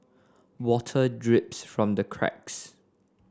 water drips from the cracks